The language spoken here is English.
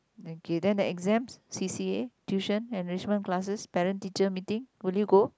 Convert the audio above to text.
okay then the exams C_C_A tuition arrangement classes parent teacher meeting would you go